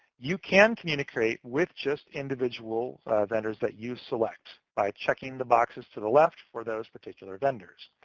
you can communicate with just individual vendors that you select by checking the boxes to the left for those particular vendors.